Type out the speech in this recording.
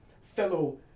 fellow